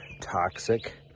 toxic